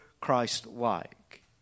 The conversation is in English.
Christ-like